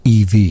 EV